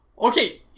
Okay